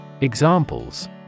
Examples